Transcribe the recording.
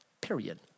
Period